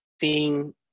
seeing